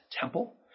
temple